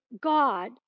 God